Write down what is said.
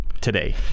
today